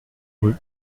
rue